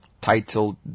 titled